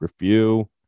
review